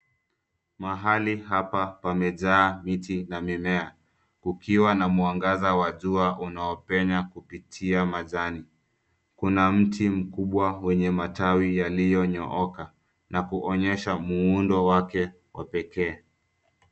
Mahali hapa pamejaa miti na mimea ukiwa na mwangaza wa jua unaopenya kupitia majani. Kuna mti mkubwa wenye matawi yaliyonyooka na kuonyesha muundo wake wa pekee.